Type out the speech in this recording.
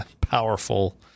powerful